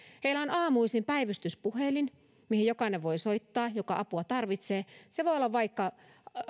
heillä on aamuisin päivystyspuhelin mihin voi soittaa jokainen joka apua tarvitsee se voi olla vaikka